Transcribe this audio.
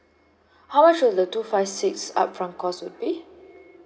how much was the two five six upfront cost would be